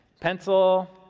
pencil